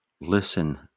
listen